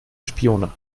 spione